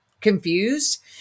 confused